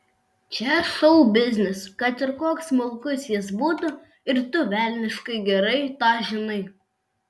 čia šou biznis kad ir koks smulkus jis būtų ir tu velniškai gerai tą žinai